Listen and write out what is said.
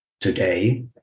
today